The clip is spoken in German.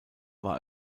war